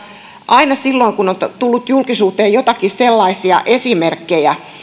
aina silloin kun on on tullut julkisuuteen joitakin sellaisia esimerkkejä